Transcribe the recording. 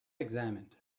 examined